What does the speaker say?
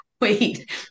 Wait